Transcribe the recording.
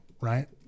right